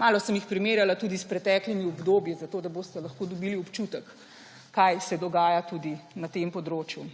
Malo sem jih primerjala tudi s preteklimi obdobji, zato da boste lahko dobili občutek, kaj se dogaja tudi na tem področju.